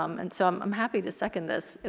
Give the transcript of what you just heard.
um and so um i'm happy to second this.